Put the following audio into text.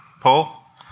Paul